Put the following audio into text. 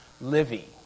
Livy